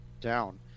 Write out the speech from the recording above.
down